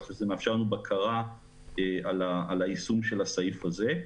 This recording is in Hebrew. כך שזה מאפשר לנו בקרה על היישום של הסעיף הזה.